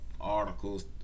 articles